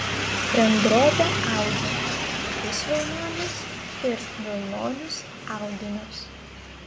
bendrovė audžia pusvilnonius ir vilnonius audinius